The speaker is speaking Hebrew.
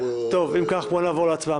אם כך, בואו נעבור להצבעה.